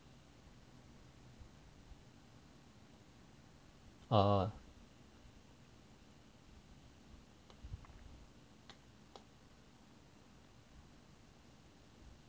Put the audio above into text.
err